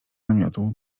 namiotu